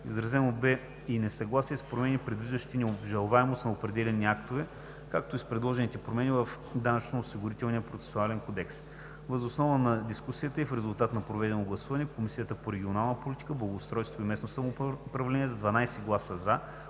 Изразено бе и несъгласие с промените, предвиждащи необжалваемост на определени актове, както и с предложените промени в Данъчно-осигурителния процесуален кодекс. Въз основа на дискусията и в резултат на проведеното гласуване Комисията по регионална политика, благоустройство и местно самоуправление с 12 гласа